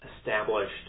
established